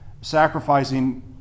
sacrificing